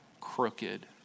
crooked